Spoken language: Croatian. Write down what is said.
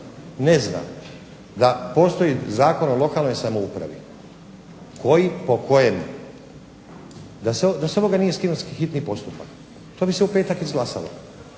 ne zna da postoji Zakon o lokalnoj samoupravi po kojem da s ovoga nije skinut hitni postupak to bi se u petak izglasalo